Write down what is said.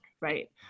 right